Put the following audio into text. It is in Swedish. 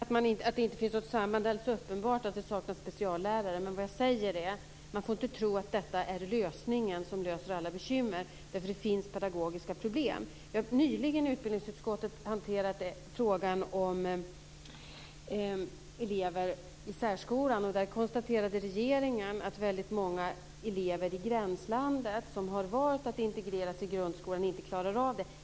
Fru talman! Inte heller jag tror att det inte finns ett samband. Det är ju alldeles uppenbart att det saknas speciallärare. Vad jag säger är att man inte får tro att detta är lösningen på alla bekymmer. Det finns ju pedagogiska problem. I utbildningsutskottet har vi nyligen hanterat frågan om elever i särskolan. Regeringen konstaterade att väldigt många av de elever i gränslandet som har valt att integreras i grundskolan inte klarar av det.